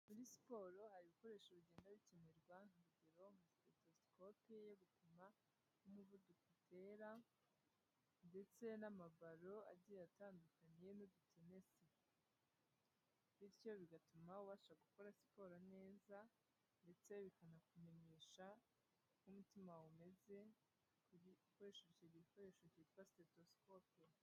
Muri iyi siporo hari ibikoresho bigenda bikenerwa, urugero nka Stethoscope yo gubipima uko umuvuduko utera. Ndetse n'amabaro agiye atandukanye n'udutenesi. Bityo bigatuma ubasha gukora siporo neza ndetse bikanakumenyesha uko umutima wawe umeze, ukoresheje icyo gikoresho cyitwa Stethoscope.